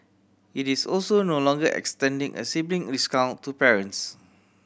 it is also no longer extending a sibling discount to parents